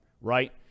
right